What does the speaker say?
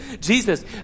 Jesus